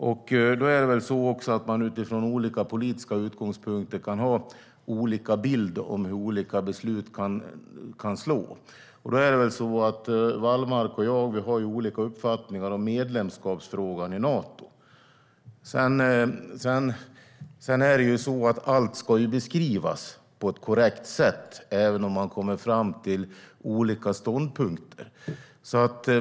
Man kan väl utifrån olika politiska utgångspunkter ha olika bilder av hur olika beslut kan slå. Wallmark och jag har olika uppfattningar i fråga om medlemskap i Nato. Sedan ska allt beskrivas på ett korrekt sätt även om man kommer fram till olika ståndpunkter.